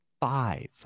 five